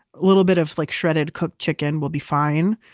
a little bit of like shredded cooked chicken will be fine.